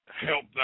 help